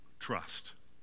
trust